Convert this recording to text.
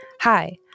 Hi